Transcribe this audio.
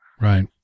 Right